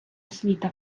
освіта